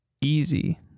easy